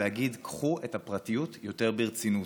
ולהגיד: קחו את הפרטיות יותר ברצינות.